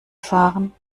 fahren